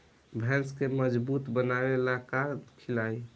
भैंस के मजबूत बनावे ला का खिलाई?